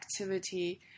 activity